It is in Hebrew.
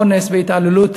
אונס והתעללות